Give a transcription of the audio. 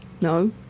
No